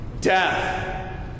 Death